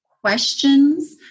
questions